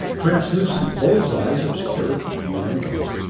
translucent bull's-eyes obscured the few windows.